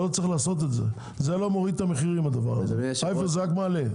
זה לא מוריד את המחירים, רק מעלה.